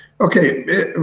Okay